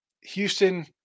Houston